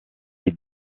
est